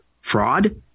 fraud